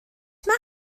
mae